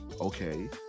okay